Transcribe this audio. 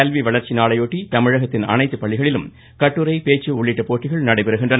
கல்வி வளர்ச்சி நாளை ஒட்டி தமிழகத்தின் அனைத்து பள்ளிகளிலும் கட்டுரை பேச்சு உள்ளிட்ட போட்டிகள் நடைபெறுகின்றன